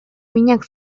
minak